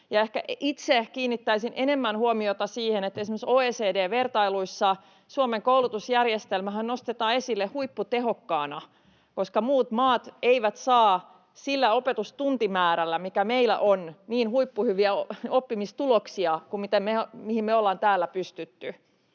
itse kiinnittäisin enemmän huomiota siihen, että esimerkiksi OECD-vertailuissa Suomen koulutusjärjestelmähän nostetaan esille huipputehokkaana, koska muut maat eivät saa sillä opetustuntimäärällä, mikä meillä on, niin huippuhyviä oppimistuloksia kuin mihin me ollaan täällä pystytty,